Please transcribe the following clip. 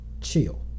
chill